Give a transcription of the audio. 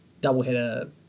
doubleheader